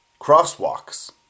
crosswalks